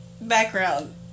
Background